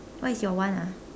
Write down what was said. what is your one ah